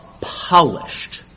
polished